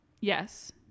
Yes